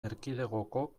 erkidegoko